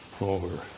over